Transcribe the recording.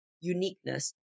uniqueness